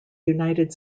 united